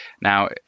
Now